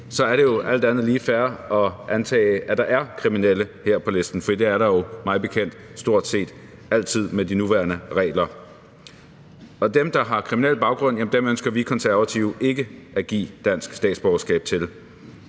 er det jo alt andet lige fair at antage, at der er kriminelle her på listen, for det er der jo mig bekendt stort set altid med de nuværende regler, og dem, der har en kriminel baggrund, ønsker vi Konservative ikke at give dansk statsborgerskab til.